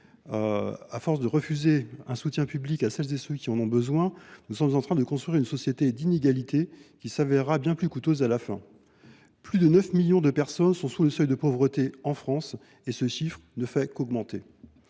à force de refuser un soutien public à celles et ceux qui en ont besoin, nous sommes en train de construire une société d’inégalité qui se révélera bien plus coûteuse en fin de compte. Plus de 9 millions de personnes vivent sous le seuil de pauvreté en France, chiffre qui ne fait qu’augmenter.